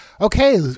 okay